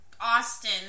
Austin